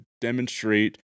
demonstrate